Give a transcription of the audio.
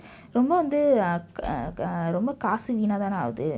ரொம்ப வந்து:romba vanthu err err err ரொம்ப காசு வீணாக தான் ஆகுது:romba kaasu viinaka thaan aakuthu